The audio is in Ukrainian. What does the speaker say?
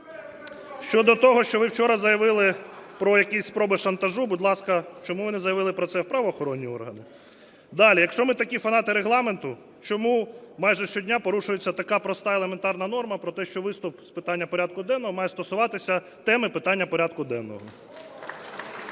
Щодо того, що ви вчора заявили про якісь спроби шантажу. Будь ласка, чому ви не заявили про це у правоохоронні органи? Далі, якщо ми такі фанати Регламенту, чому майже щодня порушується така проста, елементарна норма про те, що виступ з питання порядку денного має стосуватися теми питання порядку денного?